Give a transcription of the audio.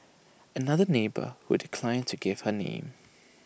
another neighbour who declined to give her name